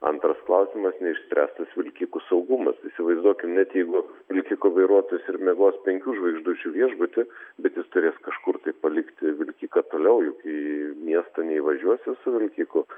antras klausimas neišspręstas vilkikų saugumas įsivaizduokime net jeigu vilkiko vairuotojas ir miegos penkių žvaigždučių viešbuty bet jis turės kažkur tai palikti vilkiką toliau juk į miestą neįvažiuosi su vilkiku